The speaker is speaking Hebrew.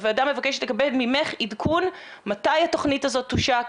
הוועדה מבקשת לקבל ממך עדכון מתי התוכנית תושק,